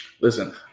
listen